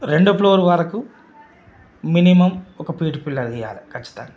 రెండో ఫ్లోర్ వరకు మినిమమ్ ఒక ఫీటు పిల్లర్ తీయాలి ఖచ్చితంగా